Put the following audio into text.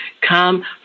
come